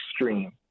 extreme